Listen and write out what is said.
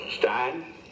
Stein